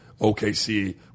OKC